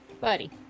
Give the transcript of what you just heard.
buddy